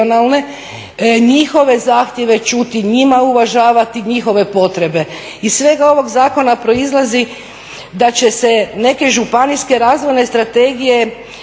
njihove zahtjeve čuti, njima uvažavati njihove potrebe. Iz svega ovog zakona proizlazi da će se neke županijske razvojne strategije